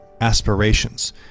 aspirations